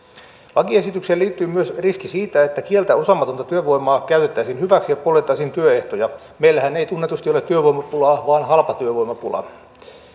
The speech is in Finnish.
lakiesitykseen liittyy myös riski siitä että kieltä osaamatonta työvoimaa käytettäisiin hyväksi ja poljettaisiin työehtoja meillähän ei tunnetusti ole työvoimapulaa vaan halpatyövoimapula